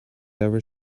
ever